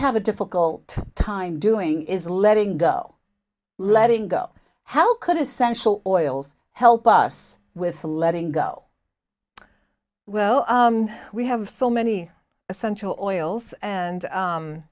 have a difficult time doing is letting go letting go how could essential oils help us with the letting go well we have so many essential oils and